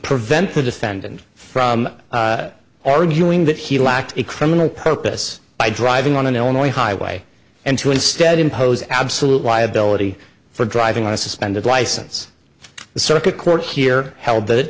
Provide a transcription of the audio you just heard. prevent the defendant from arguing that he lacked a criminal purpose by driving on an illinois highway and to instead impose absolute liability for driving on a suspended license the circuit court here held that